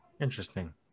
interesting